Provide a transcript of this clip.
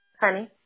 Honey